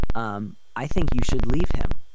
um i think you should leave him.